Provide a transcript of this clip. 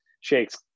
shakes